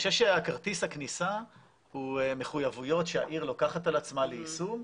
שכרטיס הכניסה הוא מחויבויות שהעיר לוקחת על עצמה ליישום.